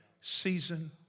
season